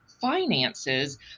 finances